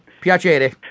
Piacere